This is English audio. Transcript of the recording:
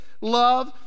love